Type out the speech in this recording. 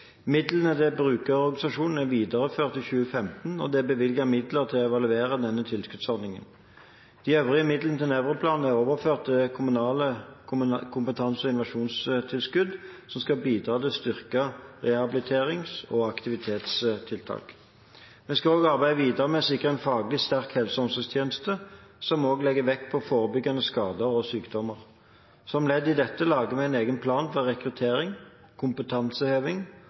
Midlene til brukerorganisasjonene er videreført i 2015, og det er bevilget midler til å evaluere denne tilskuddsordningen. De øvrige midlene til Nevroplan er overført til kommunalt kompetanse- og innovasjonstilskudd som skal bidra til å styrke rehabiliterings- og aktivitetstiltak. Vi skal også arbeide videre med å sikre en faglig sterk helse- og omsorgstjeneste, som også legger vekt på forebygging av skader og sykdommer. Som ledd i dette lager vi en egen plan for rekruttering, kompetanseheving